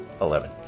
Eleven